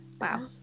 Wow